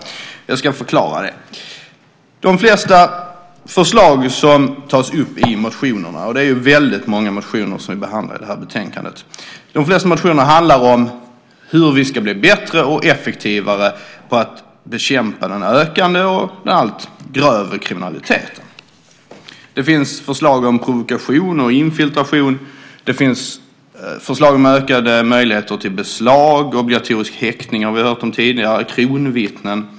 Jag ska förklara det. De flesta förslag som tas upp i motionerna - det är många motioner som behandlas i betänkandet - handlar om hur vi ska bli bättre och effektivare på att bekämpa den ökande och allt grövre kriminaliteten. Det finns förslag om provokation och infiltration. Det finns förslag om ökade möjligheter till beslag. Vi har tidigare hört om obligatorisk häktning och kronvittnen.